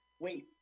Wait